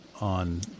on